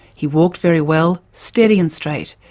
he walked very well, steady and straight.